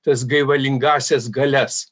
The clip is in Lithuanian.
tas gaivalingąsias galias